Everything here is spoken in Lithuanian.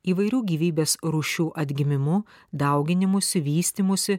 įvairių gyvybės rūšių atgimimu dauginimusi vystymusi